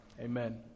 Amen